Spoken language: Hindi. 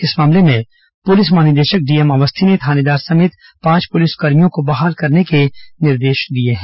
इस मामले में पुलिस महानिदेशक डीएम अवस्थी ने थानेदार समेत सभी पांच पुलिसकर्मियों को बहाल करने के निर्देश दिए हैं